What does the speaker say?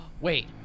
Wait